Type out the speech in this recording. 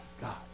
God